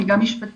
אבל גם משפטית,